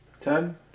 Ten